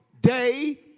day